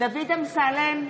דוד אמסלם,